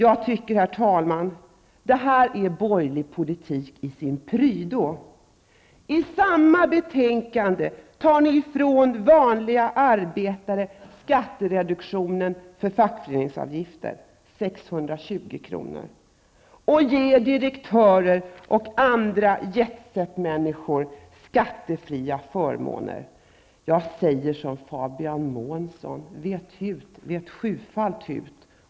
Jag tycker, herr talman, att detta är borgerlig politik i sin prydno. I samma betänkande tar ni ifrån vanliga arbetare skattereduktionen för fackföreningsavgiften, 620 kr., och ger direktörer och andra jetsetmänniskor skattefria förmåner. Jag säger som Fabian Månsson: Vet hut, vet sjufalt hut!